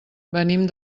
venim